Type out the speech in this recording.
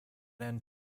end